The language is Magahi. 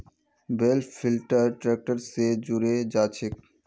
बेल लिफ्टर ट्रैक्टर स जुड़े जाछेक